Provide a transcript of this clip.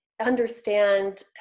understand